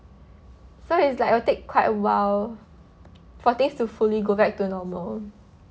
so is like will take quite a while for things to fully go back to normal